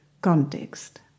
context